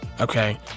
Okay